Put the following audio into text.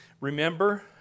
remember